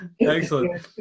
Excellent